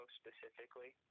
specifically